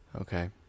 Okay